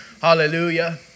Hallelujah